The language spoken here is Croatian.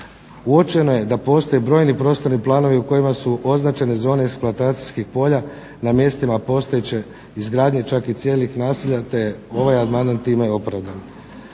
Uočeno je da postoje brojni prostorni planovi u kojima su označene zone eksploatacijskih polja na mjestima postojeće izgradnje, čak i cijelih naselja, te je ovaj amandman time opravdan.